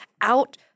out